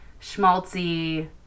schmaltzy